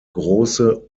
große